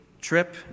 trip